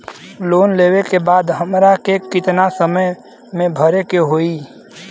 Loan लेवे के बाद हमरा के कितना समय मे भरे के होई?